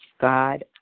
God